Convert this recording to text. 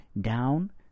Down